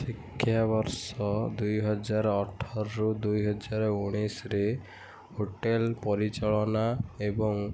ଶିକ୍ଷାବର୍ଷ ଦୁଇ ହଜାର ଅଠରରୁ ଦୁଇ ହଜାର ଉଣେଇଶିରେ ହୋଟେଲ୍ ପରିଚାଳନା ଏବଂ